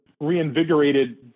Reinvigorated